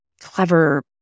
clever